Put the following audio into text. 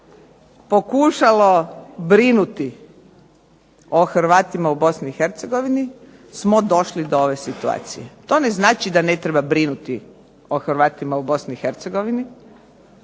pokušalo brinuti o Hrvatima u Bosni i Hercegovini smo došli do ove situacije. To ne znači da ne treba brinuti o Hrvatima u Bosni